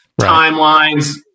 timelines